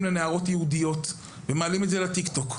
לנערות יהודיות ומפרסמים את זה ב- Tik Tok,